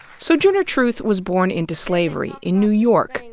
sojourner truth was born into slavery in new york,